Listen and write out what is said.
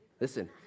Listen